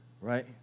Right